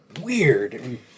weird